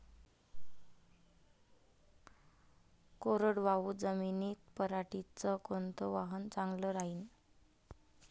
कोरडवाहू जमीनीत पऱ्हाटीचं कोनतं वान चांगलं रायीन?